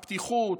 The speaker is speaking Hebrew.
הפתיחות,